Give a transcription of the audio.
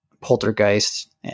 Poltergeist